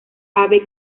abe